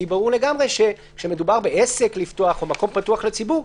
כי כשמדובר בפתיחת עסק או מקום פתוח לציבור,